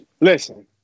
Listen